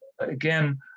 again